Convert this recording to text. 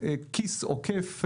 תקציב כיס עוקף,